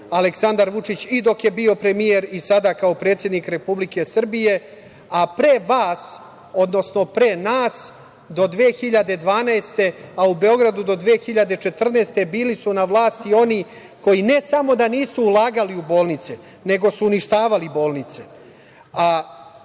Aleksandar Vučić, i dok je bio premijer i sada kao predsednik Republike Srbije. Pre vas, odnosno pre nas, do 2012. godine, a u Beogradu do 2014. godine bili su na vlasti oni koji ne samo da nisu ulagali u bolnice, nego su uništavali